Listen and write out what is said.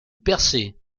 percée